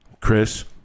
Chris